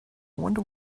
wonder